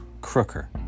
Crooker